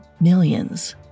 millions